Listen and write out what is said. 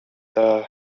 the